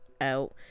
out